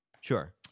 sure